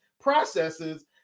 processes